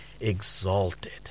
exalted